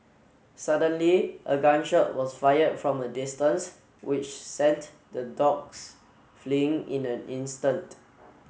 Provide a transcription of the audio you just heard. suddenly a gun shot was fired from a distance which sent the dogs fleeing in an instant